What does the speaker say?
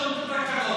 זו זכותה.